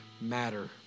matter